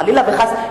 חלילה וחס,